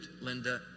Linda